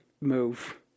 move